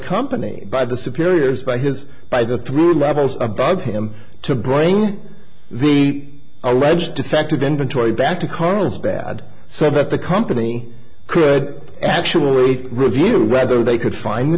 company by the superiors by his by the three levels above him to bring the alleged defective inventory back to carlsbad so that the company could actually review whether they could find the